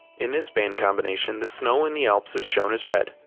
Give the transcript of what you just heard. in this band combination the snow in the alps is shown as red,